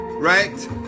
Right